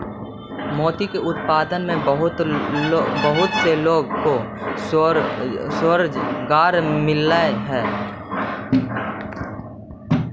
मोती के उत्पादन में बहुत से लोगों को स्वरोजगार मिलअ हई